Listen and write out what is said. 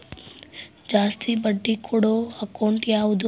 ಜಾಸ್ತಿ ಬಡ್ಡಿ ಕೊಡೋ ಅಕೌಂಟ್ ಯಾವುದು?